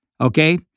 okay